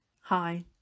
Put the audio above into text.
hi